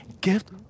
gift